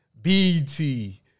BT